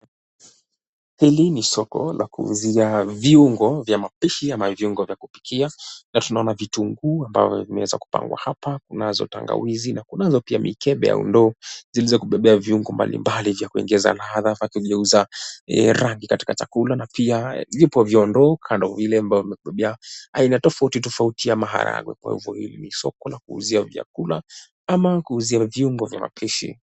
Hili ni soko la kuuzia viungo vya mapishi ama viungo vya kupikia. Na tunaona vitunguu ambavyo vimeweza kupangwa hapa, kunazo tangawizi na kunazo pia mikebe au ndoo zilizokubebea viungo mbalimbali vya kuongeza ladha ama kugeuza rangi katika chakula na pia vipo viondoo kando vile ambavyo vimekubebea aina tofauti tofauti ya maharagwe kwa hivyo hili ni soko la kuuzia vyakula ama kuuzia viungo vya mapishi.